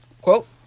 Quote